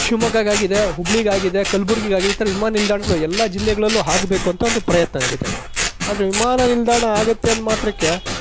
ಶಿವಮೊಗ್ಗಗಾಗಿದೆ ಹುಬ್ಬಳ್ಳಿಗಾಗಿದೆ ಕಲ್ಬುರ್ಗಿಗಾಗಿದೆ ಈ ಥರ ವಿಮಾನ ನಿಲ್ದಾಣಗಳು ಎಲ್ಲ ಜಿಲ್ಲೆಗಳಲ್ಲೂ ಆಗಬೇಕು ಅಂತ ಒಂದು ಪ್ರಯತ್ನ ನಡೀತಾಯಿದೆ ಆದರೆ ವಿಮಾನ ನಿಲ್ದಾಣ ಆಗುತ್ತೆ ಅಂದ ಮಾತ್ರಕ್ಕೆ